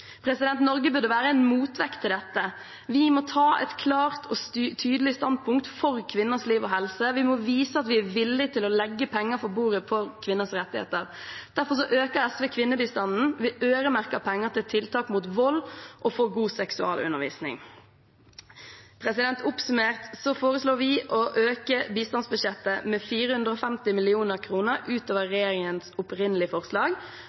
Norge burde være en motvekt til dette. Vi må ta et klart og tydelig standpunkt for kvinners liv og helse. Vi må vise at vi er villige til å legge penger på bordet for kvinners rettigheter. Derfor øker SV kvinnebistanden, vi øremerker penger til tiltak mot vold og til god seksualundervisning. Oppsummert foreslår vi å øke bistandsbudsjettet med 450 mill. kr utover regjeringens opprinnelige forslag.